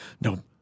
no